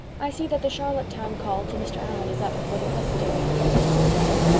i see that the charlottetown call to mr. allan is up before the presbytery, said mrs. bell.